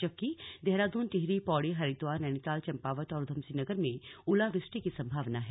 जबकि देहरादून टिहरी पौड़ी हरिद्वार नैनीताल चंपावत और उधमसिंहनगर में बारिश की संभावना है